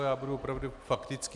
Já budu opravdu faktický.